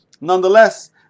Nonetheless